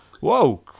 Whoa